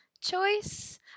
choice